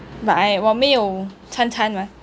but I 我没有掺掺吗